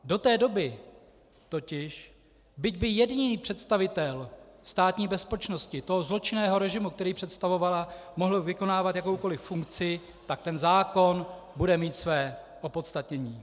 Do té doby totiž, byť by jediný představitel Státní bezpečnosti, toho zločinného režimu, který představovala, mohl vykonávat jakoukoliv funkci, ten zákon bude mít své opodstatnění.